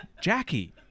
jackie